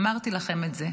אמרתי לכם את זה.